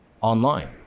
online